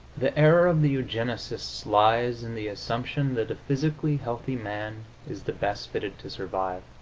the error of the eugenists lies in the assumption that a physically healthy man is the best fitted to survive.